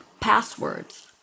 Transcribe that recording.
passwords